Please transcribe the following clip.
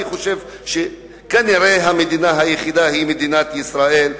אני חושב שכנראה המדינה היחידה היא מדינת ישראל,